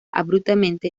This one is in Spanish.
abruptamente